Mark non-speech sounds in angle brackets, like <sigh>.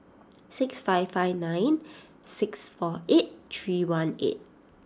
six five five nine <noise> six four eight three one eight